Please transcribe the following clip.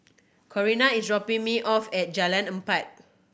Corinna is dropping me off at Jalan Empat